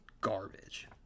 garbage